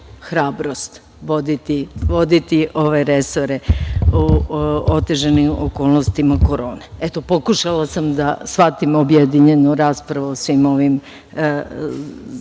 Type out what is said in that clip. hrabrost voditi ove resore u otežanim okolnostima korone. Pokušala sam da shvatim objedinjenu raspravu o svim ovim